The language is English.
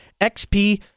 XP